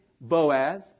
Boaz